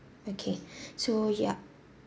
okay so ya